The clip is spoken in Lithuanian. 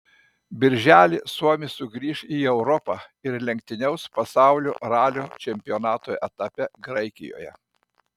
birželį suomis sugrįš į europą ir lenktyniaus pasaulio ralio čempionato etape graikijoje